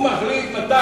הוא מחליט מתי בלי לבדוק.